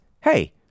hey